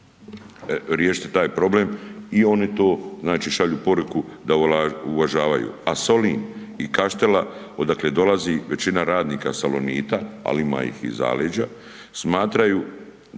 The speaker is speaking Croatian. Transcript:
riješiti taj problem i oni to šalju poruku da uvažavaju, a Solin i Kaštela odakle dolazi većina radnika „Salonita“, ali ima ih iz zaleđa smatraju